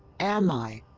am i?